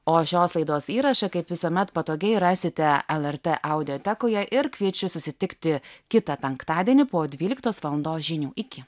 o šios laidos įrašą kaip visuomet patogiai rasite el er tė audiotekoje ir kviečiu susitikti kitą penktadienį po dvyliktos valandos žinių iki